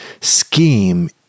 scheme